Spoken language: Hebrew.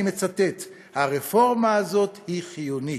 אני מצטט: "הרפורמה הזאת היא חיונית.